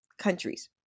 countries